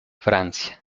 francia